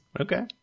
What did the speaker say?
Okay